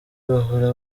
bahora